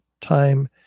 time